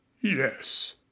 yes